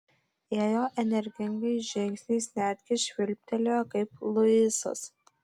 ėjo energingais žingsniais netgi švilptelėjo kaip luisas